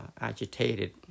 agitated